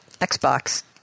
Xbox